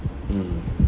mm